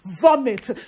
vomit